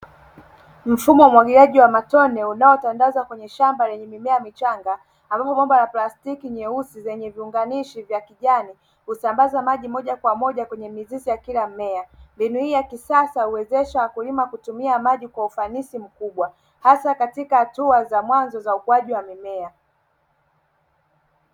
Mfumo wa umwagiliaji wa matone unaotandaza kwenye shamba lenye mimea michanga, ambapo bombo la plastiki nyeusi zenye viunganishi vya kijani husambaza maji moja kwa moja kwenye mizizi ya kila mmea. Mbinu hii ya kisasa huwezesha kulima kutumia maji kwa ufanisi mkubwa, hasa katika hatua za mwanzo za ukuwaji wa mimea.